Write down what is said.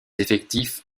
effectifs